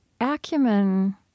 Acumen